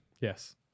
Yes